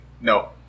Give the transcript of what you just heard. No